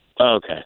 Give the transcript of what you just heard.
Okay